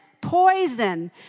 poison